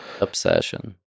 Obsession